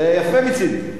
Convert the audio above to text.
זה יפה מצדי.